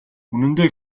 үнэндээ